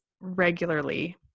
regularly